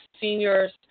seniors